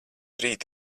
rīt